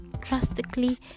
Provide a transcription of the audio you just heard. drastically